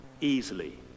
easily